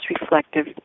reflective